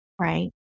Right